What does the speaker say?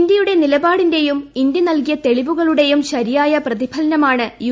ഇന്ത്യയുടെ നിലപാടിന്റെയും ഇന്ത്യ ദ്രനല്കിയ തെളിവുകളുടെയും ശരിയായ പ്രതിഫലനമാണ് യു